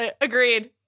agreed